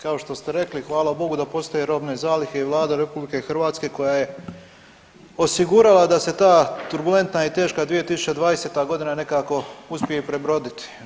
Kao što ste rekli, hvala Bogu da postoje robne zalihe i Vlada RH koja je osigurala da se ta turbulentna i teška 2020.g. nekako uspije i prebroditi.